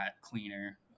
cleaner